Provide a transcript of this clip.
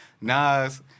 Nas